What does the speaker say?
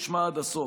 תשמע עד הסוף.